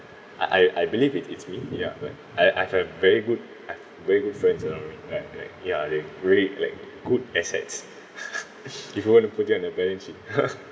I I I believe it it's me ya like I I have very good very good friends around me like like ya they really like good assets if you want to project in the balance sheet